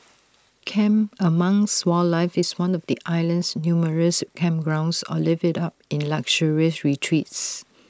camp amongst wildlife in one of the island's numerous campgrounds or live IT up in luxurious retreats